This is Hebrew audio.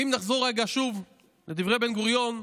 ואם נחזור רגע, שוב, לדברי בן-גוריון,